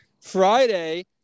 Friday